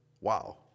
wow